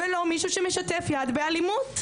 ולא מישהו שמשתף יד באלימות.